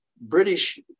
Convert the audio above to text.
British